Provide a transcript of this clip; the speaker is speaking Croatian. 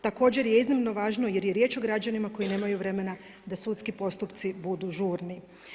Također je iznimno važno jer je o građanima koji nemaju vremena da sudski postupci budu žurno.